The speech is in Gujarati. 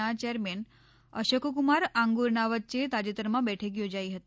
ના ચેરમેન અશોકકમાર આંગુરના વચ્ચે તાજેતરમાં બેઠક યોજાઇ હતી